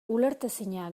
ulertezina